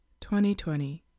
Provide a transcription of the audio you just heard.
2020